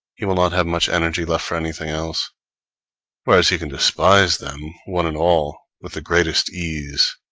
he will not have much energy left for anything else whereas he can despise them, one and all, with the greatest ease.